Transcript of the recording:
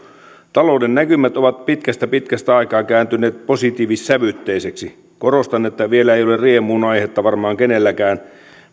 talouden näkymät ovat pitkästä pitkästä aikaa kääntyneet positiivissävytteisiksi korostan että vielä ei ole riemuun aihetta varmaan kenelläkään